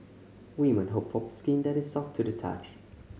women hope for skin that is soft to the touch